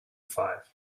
five